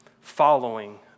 following